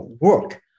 work